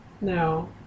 No